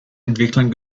entwicklern